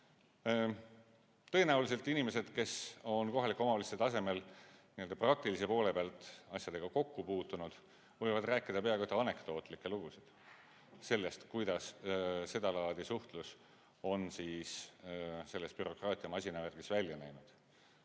Tõenäoliselt inimesed, kes on kohalike omavalitsuste tasemel praktilise poole pealt asjadega kokku puutunud, võivad rääkida peaaegu anekdootlikke lugusid sellest, kuidas seda laadi suhtlus on selles bürokraatia masinavärgis välja näinud.